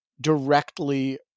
directly